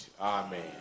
Amen